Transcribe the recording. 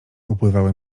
upływały